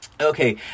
Okay